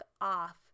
off